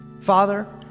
Father